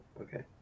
okay